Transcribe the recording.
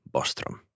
Bostrom